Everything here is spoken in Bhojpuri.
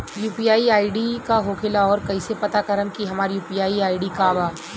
यू.पी.आई आई.डी का होखेला और कईसे पता करम की हमार यू.पी.आई आई.डी का बा?